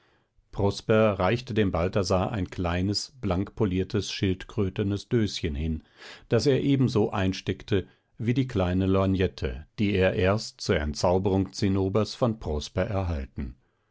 prosper reichte dem balthasar ein kleines blank poliertes schildkrötenes döschen hin das er ebenso einsteckte wie die kleine lorgnette die er erst zur entzauberung zinnobers von prosper erhalten